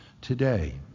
today